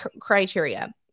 criteria